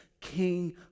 king